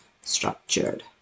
structured